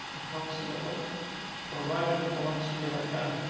approximately we're right at an election year right now.